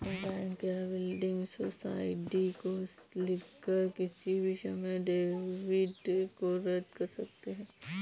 bank या building society को लिखकर किसी भी समय डेबिट को रद्द कर सकते हैं